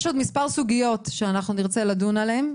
יש עוד מספר סוגיות שנרצה לדון בהן,